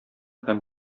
һәм